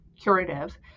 curative